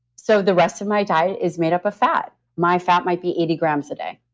so the rest of my diet is made up of fat. my fat might be eighty grams a day,